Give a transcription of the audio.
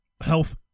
Health